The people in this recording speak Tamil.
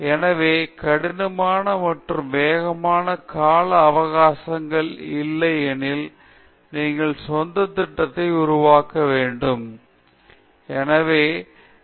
எனவே கடினமான மற்றும் வேகமான கால அவகாசங்கள் இல்லை எனில் நீங்கள் சொந்த திட்டத்தை உருவாக்க வேண்டும் நீங்கள் உங்கள் சொந்த காலக்கெடுவைக் கொண்டிருக்க வேண்டும் இரண்டாவதாக உங்கள் ஆராய்ச்சி வெளியீடு உடனடியாக வருவது இல்லை